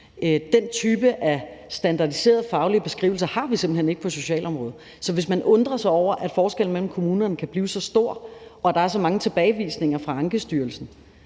Den type af standardiserede faglige beskrivelser har vi simpelt hen ikke på socialområdet. Så hvis man undrer sig over, at forskellen mellem kommunerne kan blive så stor, og at der er så mange tilbagevisninger fra Ankestyrelsen,